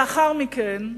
לאחר מכן,